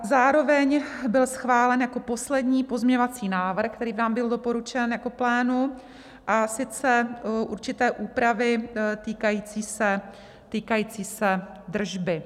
Zároveň byl schválen jako poslední pozměňovací návrh, který vám byl doporučen jako plénu, a sice určité úpravy týkající se držby.